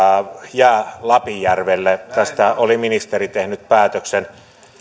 jää lapinjärvelle tästä oli ministeri tehnyt päätöksen